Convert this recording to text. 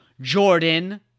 Jordan